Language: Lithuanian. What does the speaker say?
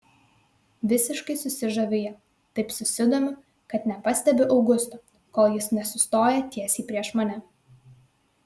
visiškai susižaviu ja taip susidomiu kad nepastebiu augusto kol jis nesustoja tiesiai prieš mane